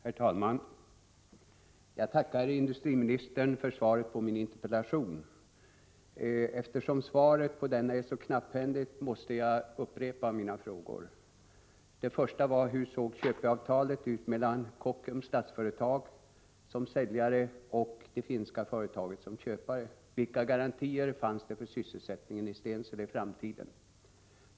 Herr talman! Jag tackar industriministern för svaret på min interpellation. Eftersom svaret på denna är så knapphändigt måste jag upprepa mina frågor. Den första var: Hur såg köpeavtalet mellan Kockums-Statsföretag som säljare och det finska företaget som köpare ut, och vilka garantier fanns det för sysselsättningen i Stensele i framtiden?